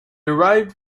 arrived